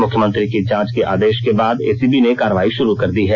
मुख्यमंत्री की जांच के आदेश के बाद एसीबी ने कार्रवाई शुरू कर दी है